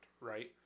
right